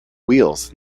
wheels